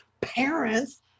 parents